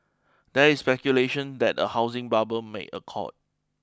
there is speculation that a housing bubble may occur